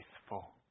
faithful